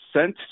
sent